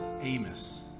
Amos